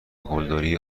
قلدری